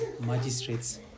magistrates